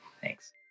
thanks